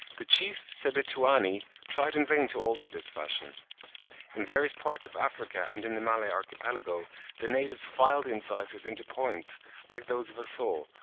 the chief sebituani tried in vain to alter this fashion in various parts of africa and in the malay archipelago the natives file the incisors into points like those of a saw,